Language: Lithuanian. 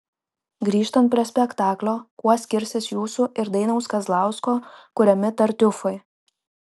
grįžtant prie spektaklio kuo skirsis jūsų ir dainiaus kazlausko kuriami tartiufai